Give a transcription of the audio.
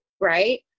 right